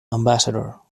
ambassador